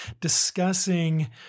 discussing